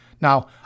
Now